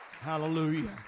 Hallelujah